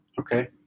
Okay